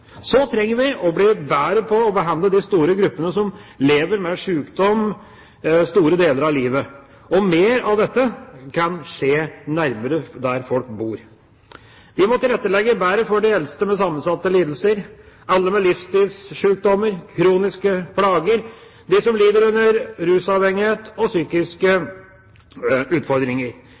Så trenger vi å bli bedre på å behandle de store gruppene som lever med sykdom store deler av livet. Mer av dette kan skje nærmere der folk bor. Vi må tilrettelegge bedre for de eldste med sammensatte lidelser, alle med livsstilssykdommer, kroniske plager og de som lider under rusavhengighet og psykiske utfordringer.